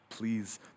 Please